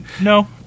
No